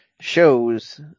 shows